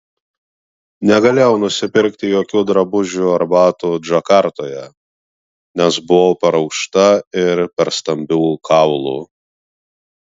negalėjau nusipirkti jokių drabužių ar batų džakartoje nes buvau per aukšta ir per stambių kaulų